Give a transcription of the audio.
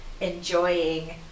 enjoying